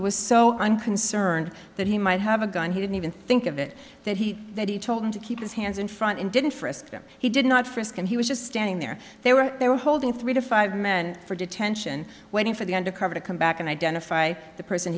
he was so i'm concerned that he might have a gun he didn't even think of it that he that he told him to keep his hands in front and didn't frisk them he did not frisk and he was just standing there they were there holding three to five men for detention waiting for the undercover to come back and identify the person